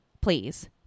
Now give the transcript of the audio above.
Please